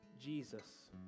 Jesus